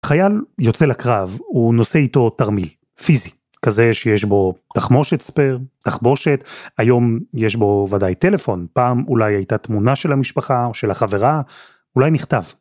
חייל יוצא לקרב, הוא נושא איתו תרמיל, פיזי, כזה שיש בו תחמושת ספר, תחבושת, היום יש בו ודאי טלפון, פעם אולי הייתה תמונה של המשפחה או של החברה, אולי מכתב.